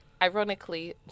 Ironically